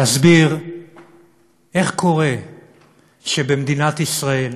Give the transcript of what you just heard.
להסביר איך קורה שבמדינת ישראל